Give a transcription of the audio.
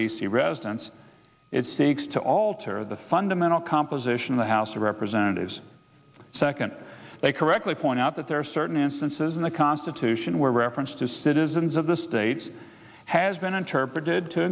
c residents it seeks to alter the fundamental composition of the house of representatives second they correctly point out that there are certain instances in the constitution where reference to citizens of the states has been interpreted to